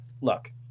look